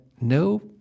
no